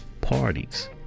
parties